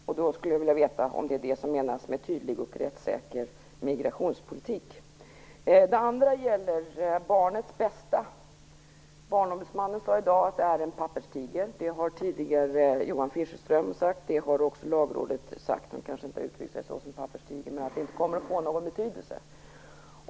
Jag skulle vilja veta om det är det som menas med tydlig och rättssäker migrationspolitik. Det andra gäller barnets bästa. Barnombudsmannen sade i dag att det är en papperstiger. Det har tidigare även Johan Fischerström sagt, och även Lagrådet. Lagrådet kanske inte uttryckte sig just så, men man sade att det inte kommer att få någon betydelse.